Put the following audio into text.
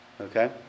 Okay